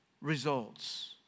results